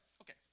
Okay